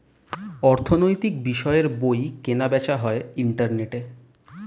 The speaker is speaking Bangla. অর্থনৈতিক বিষয়ের বই কেনা বেচা হয় ইন্টারনেটে